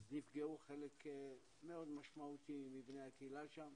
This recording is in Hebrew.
אז נפגעו חלק מאוד משמעותי מבני הקהילה שם.